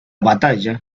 batalla